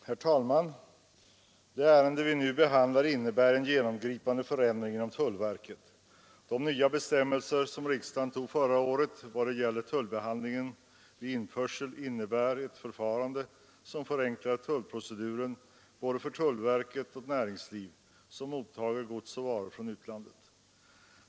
Herr talman! Det ärende vi nu behandlar innebär en genomgripande förändring inom tullverket. De nya bestämmelser som riksdagen antog förra året vad det gäller tullbehandlingen vid införsel innebär ett förfarande som förenklar tullproceduren både för tullverket och för den del av näringslivet som mottager gods och varor från utlandet.